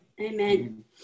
amen